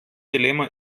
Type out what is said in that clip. dilemma